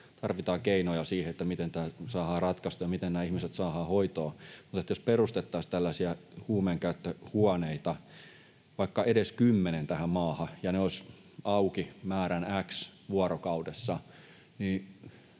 tarvitaan keinoja siihen, miten tämä saadaan ratkaistua ja miten nämä ihmiset saadaan hoitoon? Mutta jos siis perustettaisiin tällaisia huumeidenkäyttöhuoneita vaikka edes kymmenen tähän maahan, ja ne olisivat auki määrän x vuorokaudessa,